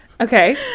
Okay